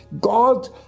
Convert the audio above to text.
God